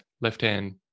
left-hand